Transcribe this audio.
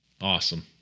Awesome